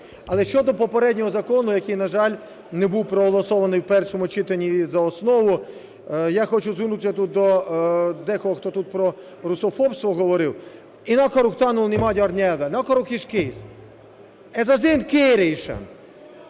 Але щодо попереднього закону, який, на жаль, не був проголосований в першому читанні і за основу. Я хочу звернутися до декого, хто тут про русофобство говорив.